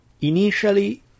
Initially